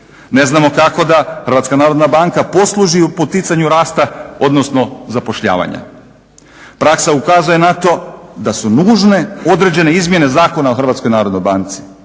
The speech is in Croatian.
narodna banka posluži u poticanju rasta odnosno zapošljavanja. Praksa ukazuje na to da su nužne određene izmjene Zakona o